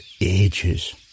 ages